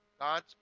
God's